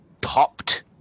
popped